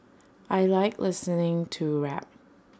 I Like listening to rap